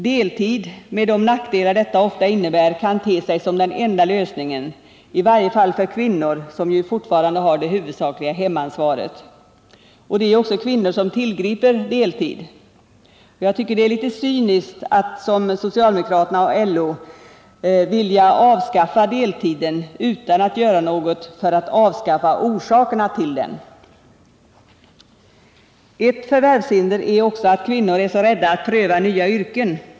Deltid med de nackdelar detta ofta innebär kan te sig som den enda lösningen, i varje fall för kvinnor som ju fortfarande har det huvudsakliga hemansvaret. Det är också kvinnor som tillgriper deltid. Jag tycker att det är litet cyniskt att, som socialdemokraterna och LO, vilja avskaffa deltiden utan att göra något för att avskaffa orsakerna till den. Ett förvärvshinder är också att kvinnor är så rädda att pröva på nya yrken.